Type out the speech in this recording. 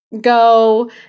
go